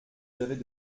j’avais